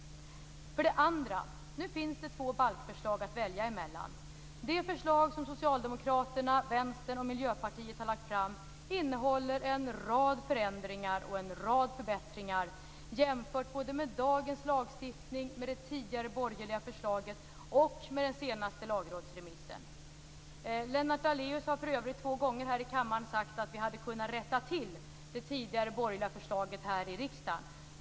För det andra: Nu finns det två balkförslag att välja mellan. Det förslag som Socialdemokraterna, Vänstern och Miljöpartiet har lagt fram innehåller en rad förändringar och en rad förbättringar jämfört med dagens lagstiftning, med det tidigare, borgerliga förslaget och med den senaste lagrådsremissen. Lennart Daléus har för övrigt två gånger här i kammaren sagt att vi hade kunnat rätta till det tidigare borgerliga förslaget här i riksdagen.